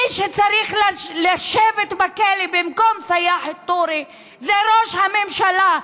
מי שצריך לשבת בכלא במקום סיאח א-טורי זה ראש הממשלה,